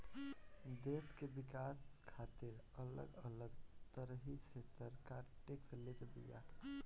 देस के विकास खातिर अलग अलग तरही से सरकार टेक्स लेत बिया